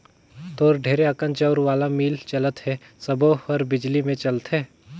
तोर ढेरे अकन चउर वाला मील चलत हे सबो हर बिजली मे चलथे